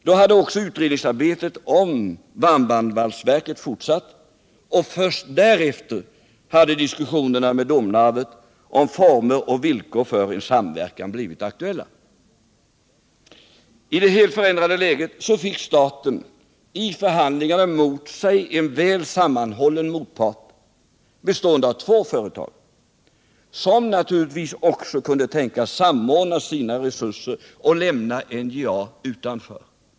Då hade också utredningsarbetet om varmbandsvalsverket fortsatt, och först därefter hade diskussionerna med Domnarvet om former och villkor för en samverkan blivit aktuella. I det helt förändrade läget fick staten i förhandlingarna mot sig en väl sammanhållen motpart bestående av två företag som naturligtvis också kunde tänkas samordna sina resurser och lämna NJA utanför.